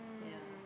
yeah